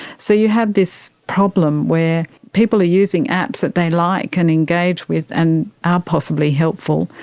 so you have this problem where people are using apps that they like and engage with and are possibly helpful,